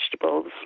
vegetables